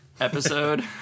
episode